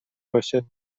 باشه